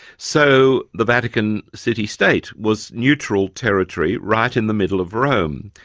so the vatican city state was neutral territory right in the middle of rome.